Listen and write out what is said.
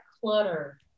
clutter